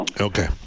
Okay